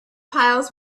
piles